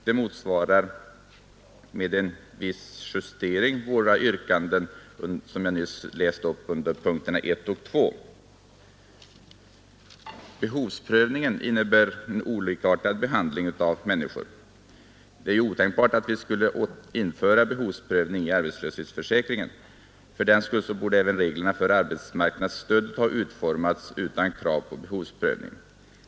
Det motsvarar, med en viss justering, våra yrkanden som jag nyss redogjorde för under punkterna 1 och 2. Behovsprövningen innebär olikartad behandling av människor. Det är ju otänkbart att vi skulle införa behovsprövning i arbetslöshetsförsäkringen. Fördenskull borde även reglerna för arbetsmarknadsstödet ha utformats utan krav på behovsprövning.